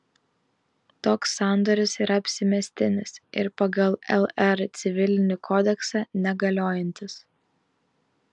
toks sandoris yra apsimestinis ir pagal lr civilinį kodeksą negaliojantis